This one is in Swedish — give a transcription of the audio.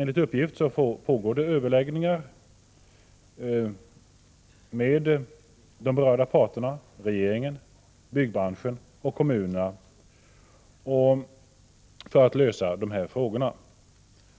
Enligt uppgift pågår emellertid överläggningar med de berörda parterna — regeringen, byggbranschen och kommunerna — för att lösa denna fråga.